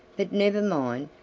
but never mind,